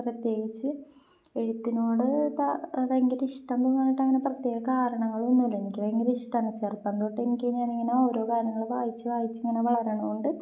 പ്രത്യേകിച്ച് എഴുത്തിനോട് ഭയങ്കരം ഇഷ്ടം തോന്നാനായിട്ട് അങ്ങനെ പ്രത്യേക കാരണങ്ങളൊന്നുമില്ല എനിക്ക് ഭയങ്കരം ഇഷ്ടമാണ് ചെറുപ്പം തൊട്ടേ എനിക്ക് ഞാനിങ്ങനെ ഓരോ കാര്യങ്ങള് വായിച്ച് വായിച്ച് ഇങ്ങനെ വളര്ന്നതുകൊണ്ട്